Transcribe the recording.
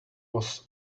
was